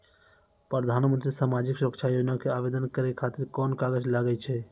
प्रधानमंत्री समाजिक सुरक्षा योजना के आवेदन करै खातिर कोन कागज लागै छै?